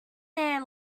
their